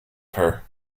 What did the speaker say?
her